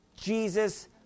Jesus